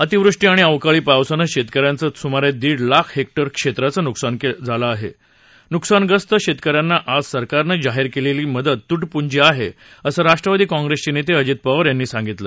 अतिवृष्टी आणि अवकाळी पावसानं शेतक याचं सुमारे दीड लाख हेक्टर क्षेत्राचं नुकसान झालं असल्यामुळे नुकसानग्रस्त शेतक यांना राज्य सरकारनं जाहीर केलेली मदत तुटपुंजी आहे असं राष्ट्रवादी काँग्रेसचे नेते अजित पवार यांनी सांगितलं